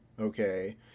okay